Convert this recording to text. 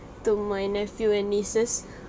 to my nephew and nieces